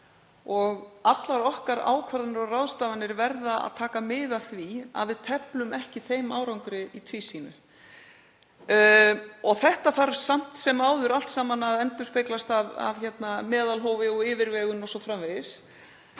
og allar ákvarðanir okkar og ráðstafanir verða að taka mið af því að við teflum ekki þeim árangri í tvísýnu. Þetta þarf samt sem áður allt saman að endurspeglast af meðalhófi og yfirvegun o.s.frv.